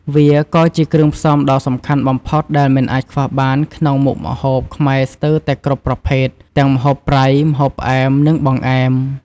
វាក៏ជាគ្រឿងផ្សំដ៏សំខាន់បំផុតដែលមិនអាចខ្វះបានក្នុងមុខម្ហូបខ្មែរស្ទើរតែគ្រប់ប្រភេទ ទាំងម្ហូបប្រៃ ម្ហូបផ្អែម និងបង្អែម។